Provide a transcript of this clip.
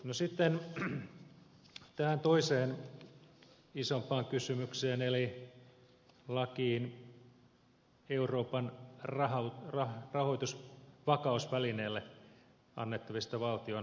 no sitten tähän toiseen isompaan kysymykseen eli lakiin euroopan rahoitusvakausvälineelle annettavista valtiontakauksista